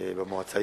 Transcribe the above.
למועצה.